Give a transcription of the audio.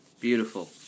Beautiful